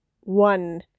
one